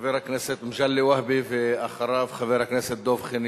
חבר הכנסת מגלי והבה, ואחריו, חבר הכנסת דב חנין.